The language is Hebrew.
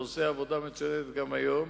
ועושה עבודה מצוינת גם היום,